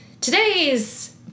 Today's